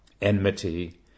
enmity